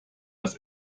das